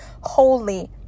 holy